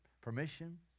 permission